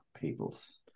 people's